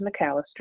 McAllister